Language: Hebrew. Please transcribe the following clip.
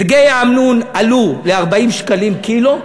דגי האמנון עלו ל-40 שקלים קילו,